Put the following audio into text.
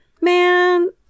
Man